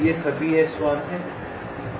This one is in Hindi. ये सभी S1 हैं